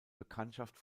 bekanntschaft